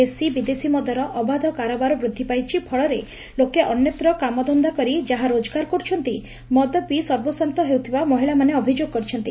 ଦେଶୀବିଦେଶୀ ମଦର ଅବାଧ କାରବାର ବୃଦ୍ଧି ପାଇଛି ଫଳରେ ଲୋକେ ଅନ୍ୟତ୍ର କାମଧନ୍ଦା କରି ଯାହା ରୋକଗାର କରୁଛନ୍ତି ମଦ ପିଇ ସର୍ବସ୍ୱାନ୍ତ ହେଉଥିବା ମହିଳାମାନେ ଅଭିଯୋଗ କରିଛନ୍ତି